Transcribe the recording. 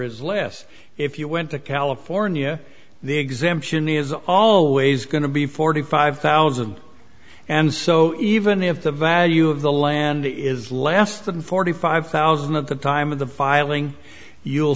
is less if you went to california the exemption is always going to be forty five thousand and so even if the value of the land is less than forty five thousand of the time of the filing you'll